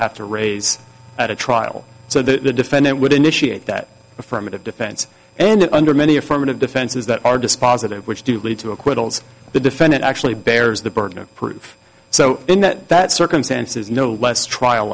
have to raise at a trial so the defendant would initiate that affirmative defense and it under many affirmative defenses that are dispositive which do lead to acquittals the defendant actually bears the burden of proof so in that that circumstance is no less trial